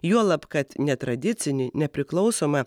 juolab kad netradicinį nepriklausomą